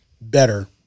better